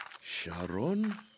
Sharon